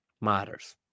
matters